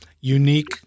unique